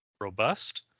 robust